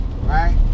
right